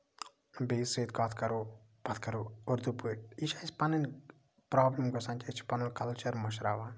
بیٚیِس سۭتۍ کَتھ کَرو پتہٕ کَرو اُردوٗ پٲٹھۍ یہِ چھُ اَسہِ پَنٕنۍ پرابلِم گژھان کہِ أسۍ چھِ پَنُن کَلچر مٔشراوان